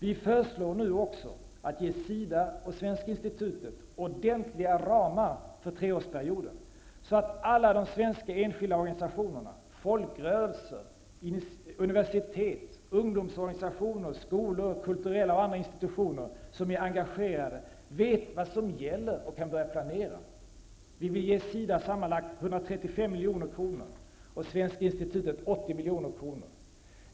Vi föreslår att man nu ger också SIDA och Svenska Institutet ordentliga ramar för treårsperioden så att alla de svenska enskilda organisationerna, folkrörelser, universitet, ungdomsorganisationer, skolor, kulturella och andra institutioner som är engagerade vet vad som gäller och kan börja planera. Vi vill ge SIDA sammanlagt 135 milj.kr. och Svenska Institutet 80 milj.kr.